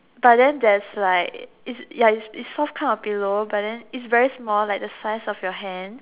but then there's like ya it's it's soft kind of pillow but than it's very small like the size of your hand